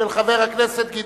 התש"ע 2009,